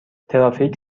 ترافیک